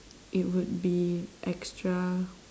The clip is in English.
it would be extra